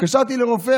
התקשרתי לרופא,